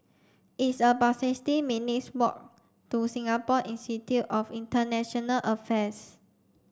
it's about sixty minutes' walk to Singapore Institute of International Affairs